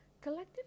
Collective